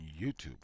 youtube